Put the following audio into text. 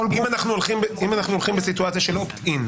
אם אנחנו הולכים בסיטואציה של opt in,